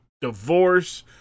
divorce